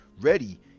ready